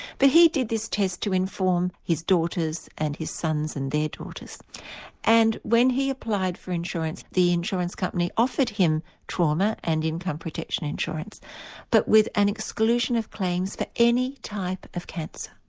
but he did this test to inform his daughters and his sons and their daughters and when he applied for insurance the insurance company offered him trauma and income protection insurance but with an exclusion of claims for any type of cancer.